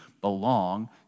belong